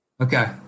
Okay